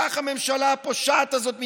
כך הממשלה הפושעת הזאת מתנהלת,